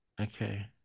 okay